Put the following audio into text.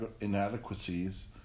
inadequacies